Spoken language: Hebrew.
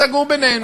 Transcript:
סגור בינינו.